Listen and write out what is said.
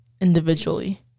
individually